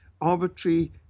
arbitrary